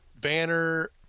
Banner